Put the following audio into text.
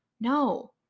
No